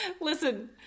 Listen